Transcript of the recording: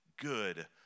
good